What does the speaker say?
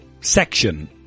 section